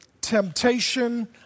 temptation